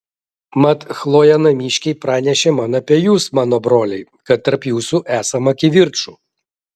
mat chlojė namiškiai pranešė man apie jus mano broliai kad tarp jūsų esama kivirčų